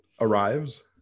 arrives